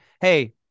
Hey